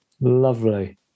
Lovely